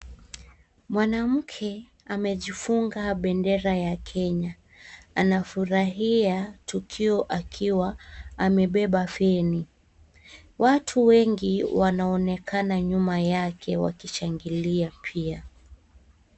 Mwanamke amejifunga bendera ya kenya , anafurahia tukio akiwa amebeba feni. Watu wengi wanaonekana nyuma yake wakishangilia pia.